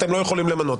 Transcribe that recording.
אתם לא יכולים למנות.